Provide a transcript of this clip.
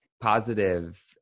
positive